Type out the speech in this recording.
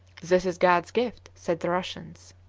this is god's gift, said the russians.